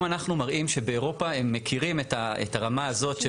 אם אנחנו מראים שבאירופה הם מכירים את הרמה הזאת של